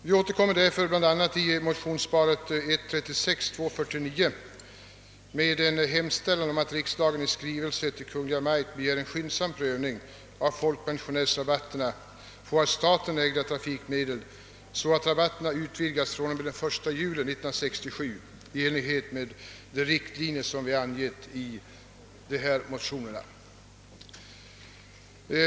Vi återkommer därför bl.a. i motionsparet 1:36 och 1II:49 med hemställan »att riksdagen i skrivelse till Kungl. Maj:t måtte begära skyndsam prövning av folkpensionärsrabatterna på av staten ägda trafikmedel så att rabatterna utvidgas fr.o.m. den 1 juli 1967 i enlighet med i motionerna framförda riktlinjer».